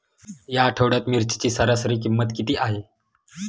या आठवड्यात मिरचीची सरासरी किंमत किती आहे?